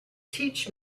teach